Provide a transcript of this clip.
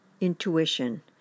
intuition